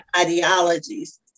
ideologies